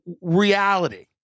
reality